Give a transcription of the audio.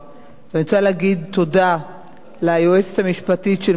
אני רוצה לומר תודה ליועצת המשפטית של משרדי,